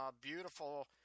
beautiful